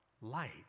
light